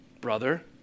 brother